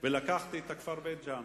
ולקחתי את הכפר בית-ג'ן.